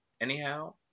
anyhow